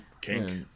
kink